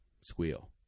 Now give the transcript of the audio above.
squeal